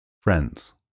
Friends